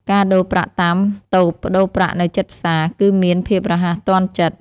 ការដូរប្រាក់តាមតូបប្តូរប្រាក់នៅជិតផ្សារ គឺមានភាពរហ័សទាន់ចិត្ត។